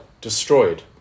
destroyed